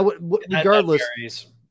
regardless